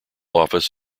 office